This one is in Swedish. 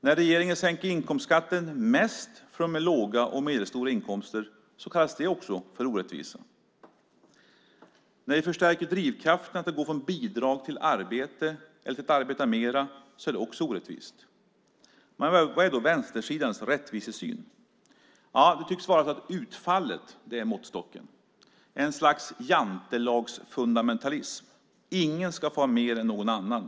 När regeringen sänker inkomstskatten mest för dem med låga och medelstora inkomster kallas det också orättvisa. När vi förstärker drivkrafterna till att gå från bidrag till arbete eller till att arbeta mer är det också orättvist. Men vad är vänstersidans rättvisesyn? Det tycks vara utfallet som är måttstocken, ett slags jantelagsfundamentalism. Ingen ska få ha mer än någon annan.